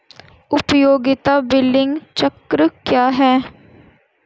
उपयोगिता बिलिंग चक्र क्या है?